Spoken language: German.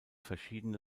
verschiedene